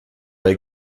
bei